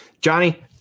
Johnny